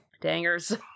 Dangers